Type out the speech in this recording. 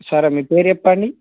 సరే మీ పేరు చెప్పండి